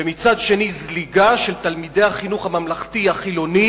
ומצד שני זליגה של תלמידי החינוך הממלכתי החילוני